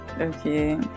okay